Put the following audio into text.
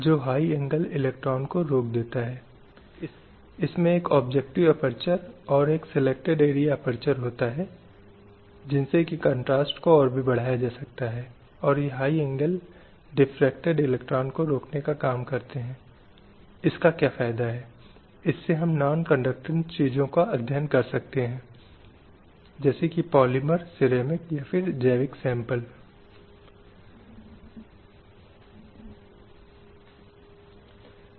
इसलिए सभी स्वतंत्र हैं सभी समान हैं और उनके पास वही अधिकार सुनिश्चित हैं उन्हें वही अधिकार सुनिश्चित होना चाहिए जिसका वे गरिमा के साथ आनंद ले सकें और सभी को भाईचारे की भावना से एक दूसरे के प्रति कार्य करना चाहिए इस अर्थ में कि अधिकारों का उल्लंघन आदि को कोई जगह नहीं मिलनी चाहिए क्योंकि सभी को समाज में रहने का अधिकार है